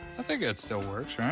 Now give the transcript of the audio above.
i think that sill works,